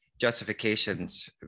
justifications